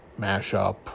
mashup